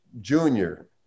junior